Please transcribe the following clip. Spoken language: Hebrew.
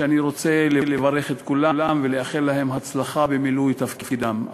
ואני רוצה לברך את כולם ולאחל להם הצלחה במילוי תפקידם.